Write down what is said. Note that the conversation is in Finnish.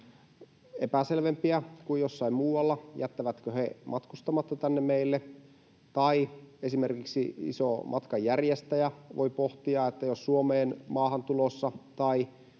epäselvempiä kuin jossain muualla, jättävätkö he matkustamatta tänne meille, tai esimerkiksi iso matkanjärjestäjä voi pohtia, että jos maahantulossa